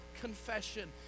confession